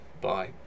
Bye